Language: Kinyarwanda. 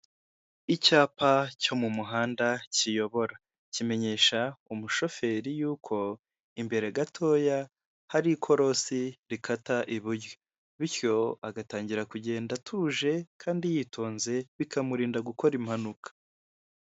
Icyapa cyo mu muhanda kiyobora, kimenyesha umushoferi yuko imbere gatoya hari ikorosi rikata iburyo, bityo agatangira kugenda atuje kandi yitonze bikamurinda gukora impanuka.